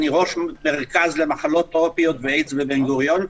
אני ראש מרכז למחלות טרופיות ואיידס בבן גוריון.